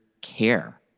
care